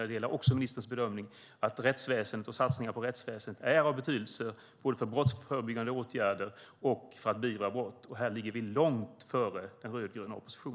Jag delar också ministerns bedömning att rättsväsendet och satsningar på rättsväsendet är av betydelse både för brottsförebyggande åtgärder och för att beivra brott. Här ligger vi långt före den rödgröna oppositionen.